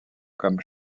comme